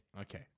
Okay